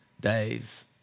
days